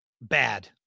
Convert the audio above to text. Bad